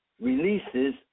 releases